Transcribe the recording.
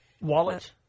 wallet